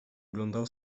oglądał